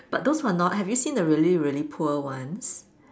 but those are not have you seen the really really poor ones